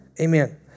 Amen